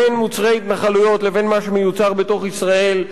בין מוצרי ההתנחלויות לבין מה שמיוצר בתוך ישראל,